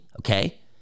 okay